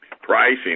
pricing